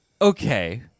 Okay